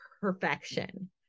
perfection